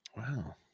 Wow